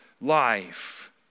life